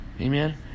Amen